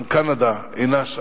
גם קנדה אינה שם.